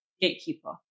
gatekeeper